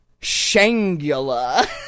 Shangula